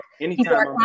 Anytime